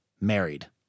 married